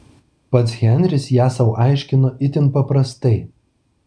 pats henris ją sau aiškino itin paprastai